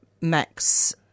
Max